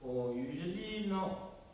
oh usually now